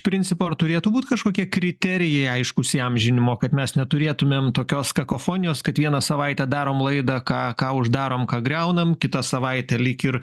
principo ar turėtų būt kažkokie kriterijai aiškūs įamžinimo kad mes neturėtumėm tokios kakofonijos kad vieną savaitę darom laidą ką ką uždarom ką griaunam kitą savaitę lyg ir